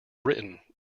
written